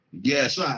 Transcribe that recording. yes